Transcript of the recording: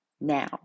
now